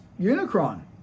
unicron